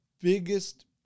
biggest